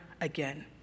again